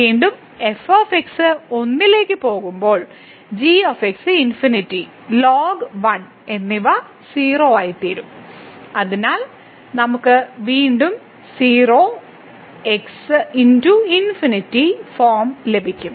വീണ്ടും f 1 ലേക്ക് പോകുമ്പോൾ g ∞ ln 1 എന്നിവ 0 ആയിത്തീരും അതിനാൽ നമുക്ക് വീണ്ടും 0 x ∞ ഫോം ലഭിക്കും